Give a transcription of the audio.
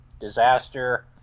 disaster